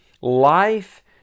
life